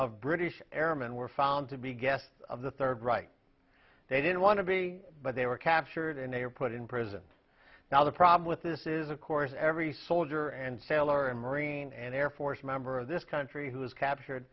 of british airmen were found to be guest of the third reich they didn't want to be but they were captured and they were put in prison now the problem with this is of course every soldier and sailor and marine and air force member of this country who